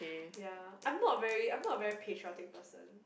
ya I'm not very I'm not a very patriotic person